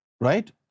right